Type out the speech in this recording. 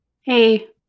Hey